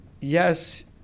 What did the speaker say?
yes